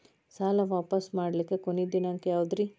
ಸಾಲಾ ವಾಪಸ್ ಮಾಡ್ಲಿಕ್ಕೆ ಕೊನಿ ದಿನಾಂಕ ಯಾವುದ್ರಿ?